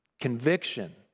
Conviction